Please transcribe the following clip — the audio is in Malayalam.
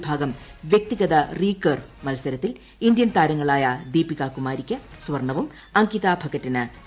വിഭാഗം വൃക്തിഗത റികർവ് മത്സരത്തിൽ ഇന്ത്യൻ താരങ്ങളായ ദീപിക കുമാരിക്ക് സ്വർണവും അങ്കിത ഭകട്ടിന് വെള്ളിയും